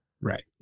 right